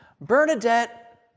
Bernadette